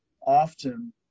often